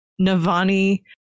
navani